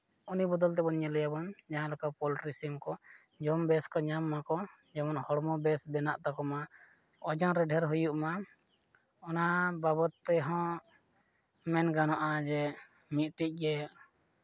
ᱩᱱᱤ ᱵᱚᱫᱚᱞᱛᱮ ᱧᱮᱞᱮᱭᱟᱵᱚᱱ ᱡᱟᱦᱟᱸ ᱞᱮᱠᱟ ᱯᱳᱞᱴᱨᱤ ᱥᱤᱢ ᱠᱚ ᱡᱚᱢ ᱵᱮᱥ ᱠᱚ ᱧᱟᱢ ᱢᱟᱠᱚ ᱡᱮᱢᱚᱱ ᱦᱚᱲᱢᱚ ᱵᱮᱥ ᱵᱮᱱᱟᱜ ᱛᱟᱠᱚᱢᱟ ᱳᱡᱚᱱ ᱨᱮ ᱰᱷᱮᱨ ᱦᱩᱭᱩᱜ ᱢᱟ ᱚᱱᱟ ᱵᱟᱵᱚᱫ ᱛᱮᱦᱚᱸ ᱢᱮᱱ ᱜᱟᱱᱚᱜᱼᱟ ᱡᱮ ᱢᱤᱫᱴᱤᱡ ᱜᱮ